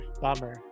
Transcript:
Bummer